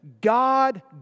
God